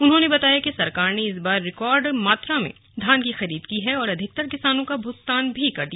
उन्होंने बताया कि सरकार ने इस बार रिकॉर्ड तोड़ धान की खरीद की है और अधिकतर किसानों का भुगतान भी कर दिया